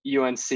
UNC